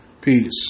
peace